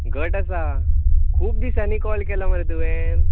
घट आसा खूब दिसांनी कॉल केलो मरे तुवें